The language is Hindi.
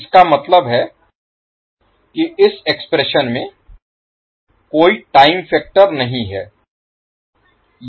इसका मतलब है कि इस एक्सप्रेशन में कोई टाइम फैक्टर नहीं है